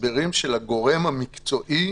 הסברים של הגורם המקצועי,